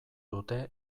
dute